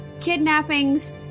kidnappings